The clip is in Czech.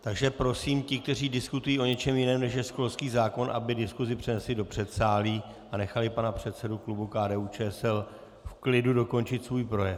Takže prosím ty, kteří diskutují o něčem jiném, než je školský zákon, aby diskusi přenesli do předsálí a nechali pana předsedu klubu KDUČSL v klidu dokončit svůj projev.